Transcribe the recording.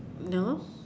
no